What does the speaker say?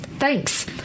Thanks